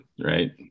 right